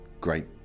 great